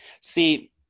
See